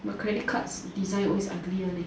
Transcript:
but credit card's design always ugly one eh